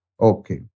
Okay